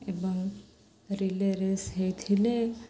ଏବଂ relay race ହୋଇଥିଲେ